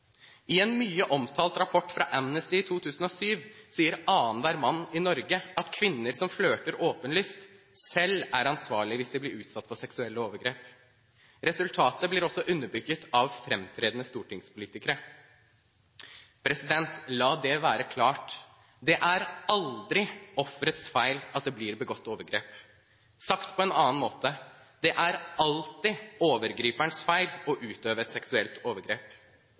I en mye omtalt rapport fra Amnesty i 2007 sier annenhver mann i Norge at kvinner som flørter åpenlyst, selv er ansvarlig hvis de blir utsatt for seksuelle overgrep. Resultatet blir også underbygget av framtredende stortingspolitikere. La det være klart: Det er aldri offerets feil at det blir begått overgrep. Sagt på en annen måte: Det er alltid overgriperens feil når et seksuelt overgrep